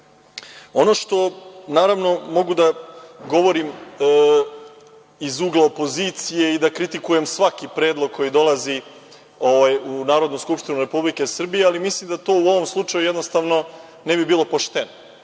ne. Ono što, naravno, mogu da govorim iz ugla opozicije i da kritikujem svaki predlog koji dolazi u Narodnu skupštinu Republike Srbije, ali mislim da to u ovom slučaju jednostavno ne bi bilo pošteno.